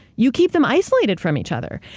you keep them isolated from each other.